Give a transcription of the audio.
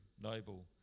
noble